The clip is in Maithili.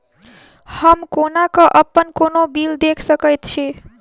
हम कोना कऽ अप्पन कोनो बिल देख सकैत छी?